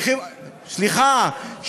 סליחה,